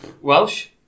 Welsh